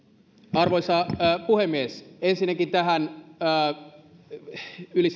arvoisa puhemies ensinnäkin tähän yli